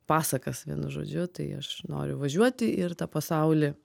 pasakas vienu žodžiu tai aš noriu važiuoti ir tą pasaulį